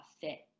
fit